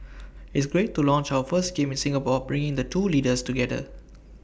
it's great to launch our first game in Singapore bringing the two leaders together